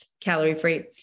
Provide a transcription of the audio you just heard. calorie-free